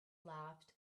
laughed